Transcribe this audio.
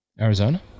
Arizona